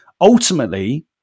Ultimately